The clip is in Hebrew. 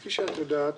כפי שאת יודעת,